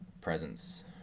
presence